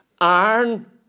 Iron